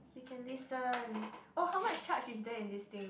we can listen oh how much charge is there in this thing